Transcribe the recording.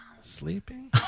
Sleeping